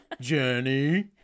Jenny